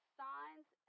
signs